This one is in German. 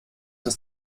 des